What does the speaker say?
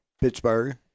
Pittsburgh